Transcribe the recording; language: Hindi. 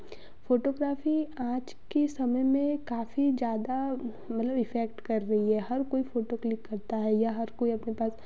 फोटोग्राफी आज के समय में काफ़ी ज़्यादा मतलब इफ़ेक्ट कर रही है हर कोई फोटो क्लिक करता है या हर कोई अपने पास